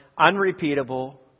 unrepeatable